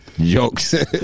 Jokes